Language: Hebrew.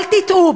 אל תטעו,